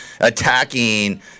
attacking